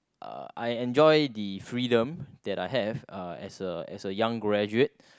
uh I enjoy the freedom that I have uh as a as a young graduate